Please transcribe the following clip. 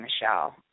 Michelle